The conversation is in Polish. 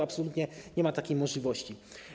Absolutnie nie ma takiej możliwości.